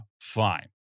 fine